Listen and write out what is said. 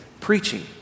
preaching